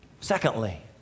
Secondly